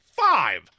five